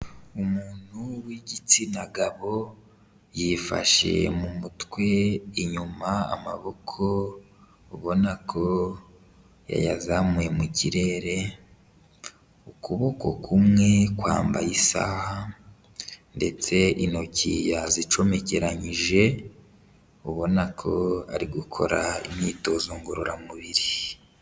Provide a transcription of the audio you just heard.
Umuntu w'igitsina gabo yifashe mu mutwe inyuma amaboko ubona ko yayazamuye mu kirere, ukuboko kumwe kwambaye isaha ndetse intoki yazicomekeranyije ubona ko ari gukora imyitozo ngororamubiri.